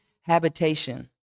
habitation